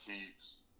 keeps